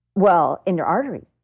well, in your arteries.